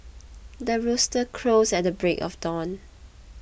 the rooster crows at the break of dawn